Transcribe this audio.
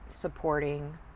supporting